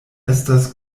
estas